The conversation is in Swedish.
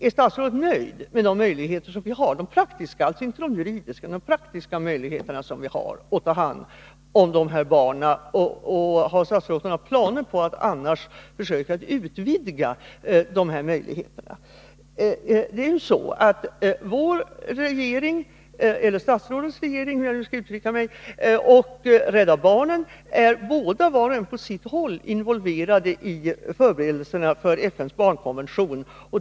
Ärstatsrådet nöjd med de praktiska inte de juridiska — möjligheter som vi har att ta hand om dessa barn? Har statsrådet annars några planer på att utvidga dessa möjligheter? Det är ju så att den regering som statsrådet tillhör och Rädda barnen var och en på sitt håll är involverade i förberedelserna för FN:s barnkonvention.